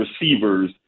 receivers